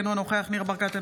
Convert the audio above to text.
אינו נוכח ניר ברקת,